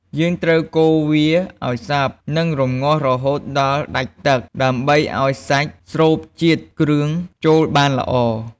យើងត្រូវកូរវាឱ្យសព្វ និងរម្ងាស់រហូតដល់ដាច់ទឹក ដើម្បីឱ្យសាច់ស្រូបជាតិគ្រឿងចូលបានល្អ។